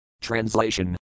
Translation